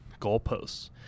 goalposts